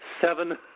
seven